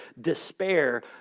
despair